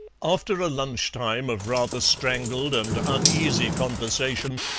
after a lunch-time of rather strangled and uneasy conversation,